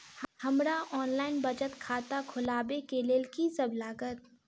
हमरा ऑनलाइन बचत खाता खोलाबै केँ लेल की सब लागत?